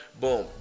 boom